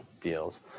deals